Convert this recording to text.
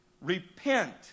Repent